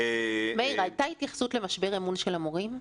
מאיר, הייתה התייחסות למשבר האמון של המורים?